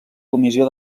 comissió